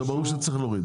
זה ברור שצריך להוריד,